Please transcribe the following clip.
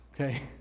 okay